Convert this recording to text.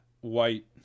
white